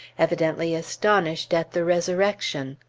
evidently astonished at the resurrection.